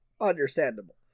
understandable